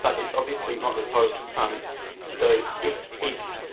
but its obviously not as hot as the sun so it's peak